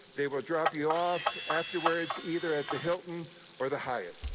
they will drop you off afterwards either at the hilton or the hyatt.